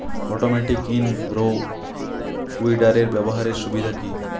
Automatic in row উইডারের ব্যবহারের সুবিধা কি?